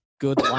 good